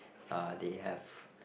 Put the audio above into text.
uh they have